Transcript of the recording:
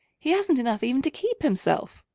he hasn't enough even to keep himself.